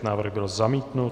Návrh byl zamítnut.